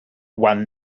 one